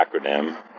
acronym